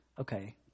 Okay